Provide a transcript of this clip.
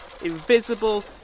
invisible